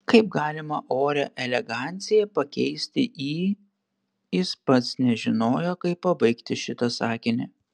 kaip galima orią eleganciją pakeisti į jis pats nežinojo kaip pabaigti šitą sakinį